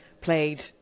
played